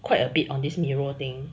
quite a bit on this nero thing